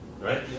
Right